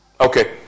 Okay